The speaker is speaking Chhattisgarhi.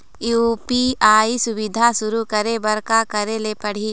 यू.पी.आई सुविधा शुरू करे बर का करे ले पड़ही?